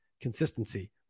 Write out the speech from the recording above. Consistency